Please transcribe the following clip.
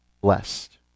blessed